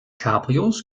cabrios